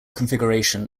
configuration